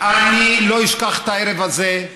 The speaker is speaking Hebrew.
אני לא אשכח את הערב הזה,